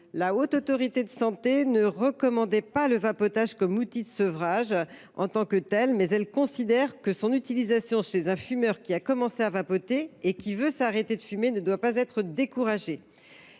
La Haute Autorité de santé (HAS) ne recommande pas le vapotage comme outil de sevrage en tant que tel, mais elle estime que son utilisation chez un fumeur qui a commencé à vapoter et qui veut sortir du tabac ne doit pas être découragée.